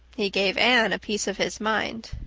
he gave anne a piece of his mind.